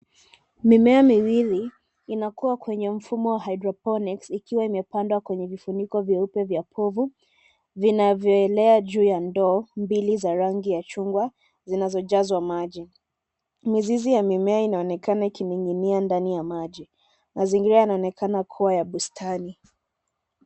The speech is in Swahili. Mimea miwili inakua kwenye mfumo wa hydroponics ikiwa imepandwa kwenye vifuniko vyeupe vya povu vinavyoelea juu ya ndoo mbili za rangi ya chungwa, zinazojazwa maji. Mizizi ya mimea inaonekana ikining'inia ndani ya maji. Mazingira yanaonekana kuwa ya bustani.